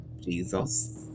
Jesus